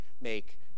make